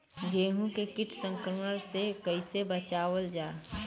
गेहूँ के कीट संक्रमण से कइसे बचावल जा?